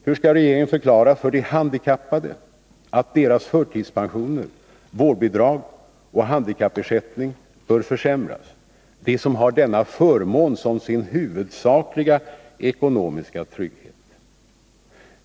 Hur skall regeringen förklara för de handikappade att deras förtidspensioner, vårdbidrag och handikappersättning bör försämras — de som har denna förmån som sin huvudsakliga ekonomiska trygghet?